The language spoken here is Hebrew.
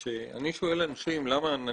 כשאני שואל מישהו למה הוא